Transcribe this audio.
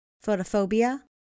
photophobia